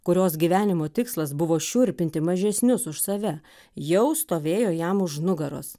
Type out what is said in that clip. kurios gyvenimo tikslas buvo šiurpinti mažesnius už save jau stovėjo jam už nugaros